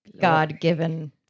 God-given